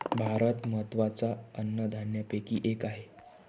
भात महत्त्वाच्या अन्नधान्यापैकी एक आहे